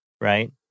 Right